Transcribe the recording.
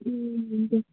ए हुन्छ